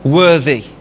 worthy